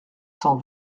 cent